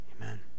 Amen